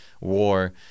war